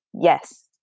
yes